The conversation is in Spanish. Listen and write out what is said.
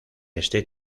este